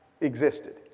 existed